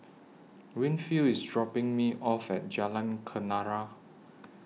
Winfield IS dropping Me off At Jalan Kenarah